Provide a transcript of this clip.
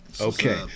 Okay